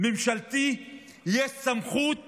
ממשלתי תהיה סמכות